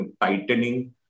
tightening